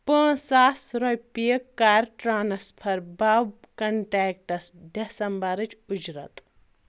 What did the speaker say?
پانٛژھ ساس رۄپیہِ کَر ٹرانسفر بَب کنٹیکٹَس دَسمبرٕچ اُجرت